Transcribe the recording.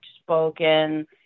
spoken